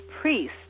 Priest